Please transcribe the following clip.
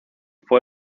fue